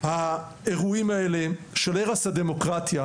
האירועים האלה של הרס הדמוקרטיה,